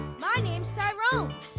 my name's tyrone.